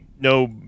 no